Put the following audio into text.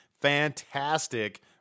fantastic